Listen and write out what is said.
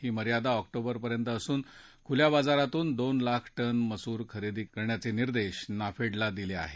ही मर्यादा ऑक्टोबरपर्यंत असून खुल्या बाजारातून दोन लाख टन मसूर खरेदी करण्याची निदॅश नाफेडला दिले आहेत